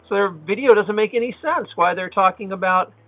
so their video doesn't make any sense why they're talking about